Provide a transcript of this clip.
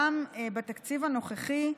גם בתקציב הנוכחי,